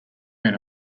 men